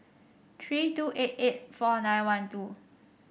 three two eight eight four nine one two